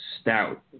Stout